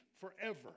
forever